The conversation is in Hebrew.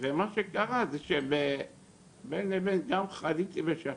ומה שקרה זה שבין לבין גם חליתי בשפעת,